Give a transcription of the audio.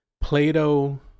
Plato